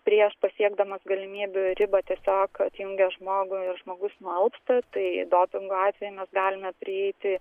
prieš pasiekdamas galimybių ribą tiesiog atjungia žmogų ir žmogus nualpsta tai dopingo atveju mes galime prieiti